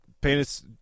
Penis